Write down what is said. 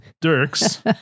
Dirks